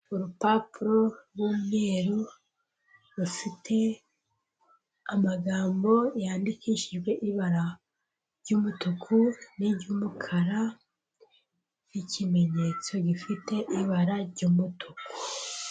Urupapuro rw'umweru rufite amagambo yandikishijwe ibara ry'umutuku n'iry'umukara n'ikimenyetso gifite ibara ry'umutuku.